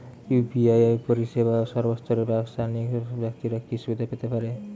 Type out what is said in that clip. UPI পরিসেবা সর্বস্তরের ব্যাবসায়িক ব্যাক্তিরা কি সুবিধা পেতে পারে?